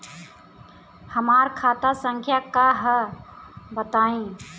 हमार खाता संख्या का हव बताई?